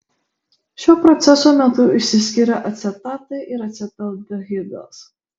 šio proceso metu išsiskiria acetatai ir acetaldehidas